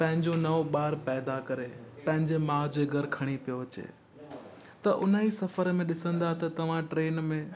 पंहिंजो नओं ॿारु पैदा करे पंहिंजे माउ जे घरु खणी पियो अचे त उन ई सफ़र में ॾिसंदा त तव्हां ट्रैन में